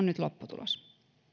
nyt lopputulos